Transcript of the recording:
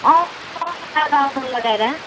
अँ उता राउन्ड लगाएर